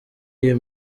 iyi